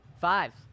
Five